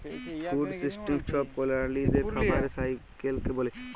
food system ছব প্রালিদের খাবারের সাইকেলকে ব্যলে